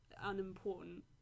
unimportant